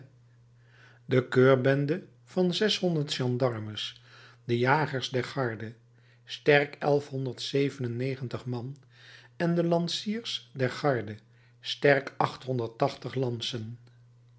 de keurbende van zeshonderd gendarmes de jagers der garde sterk elfhonderd zeven en negentig man en de lanciers der garde sterk achthonderd